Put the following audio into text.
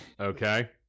okay